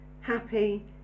happy